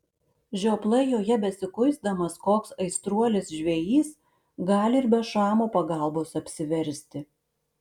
žioplai joje besikuisdamas koks aistruolis žvejys gali ir be šamo pagalbos apsiversti